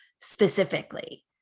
specifically